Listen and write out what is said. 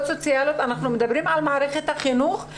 סוציאליות; אנחנו מדברים על מערכת החינוך.